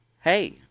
hey